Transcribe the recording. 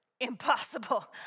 impossible